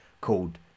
called